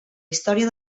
història